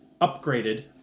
upgraded